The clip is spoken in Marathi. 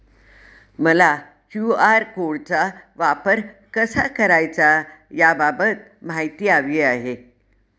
मला क्यू.आर कोडचा वापर कसा करायचा याबाबत माहिती हवी आहे